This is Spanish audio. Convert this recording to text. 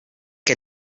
que